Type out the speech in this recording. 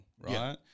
right